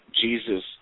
Jesus